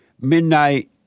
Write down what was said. midnight